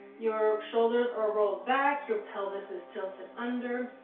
your shoulders are rolled back, your pelvis is tilted under,